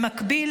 במקביל,